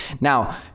now